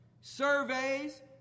surveys